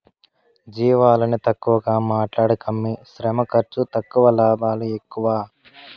జీవాలని తక్కువగా మాట్లాడకమ్మీ శ్రమ ఖర్సు తక్కువ లాభాలు ఎక్కువ